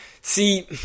see